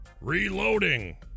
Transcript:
reloading